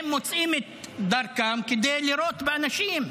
הם מוצאים דרכם לירות באנשים,